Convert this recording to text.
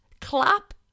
clap